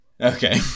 okay